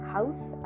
House